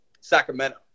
Sacramento